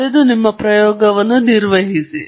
ಆದ್ದರಿಂದ ಶಬ್ದವು ನಮ್ಮ ಡೇಟಾವನ್ನು ಹೇಗೆ ಪ್ರಭಾವಿಸುತ್ತದೆ